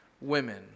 women